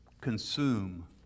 consume